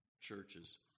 churches